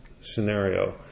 scenario